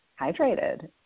hydrated